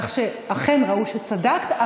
כך שאכן ראו שצדקת,